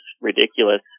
ridiculous